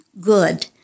good